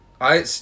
I-